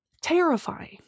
terrifying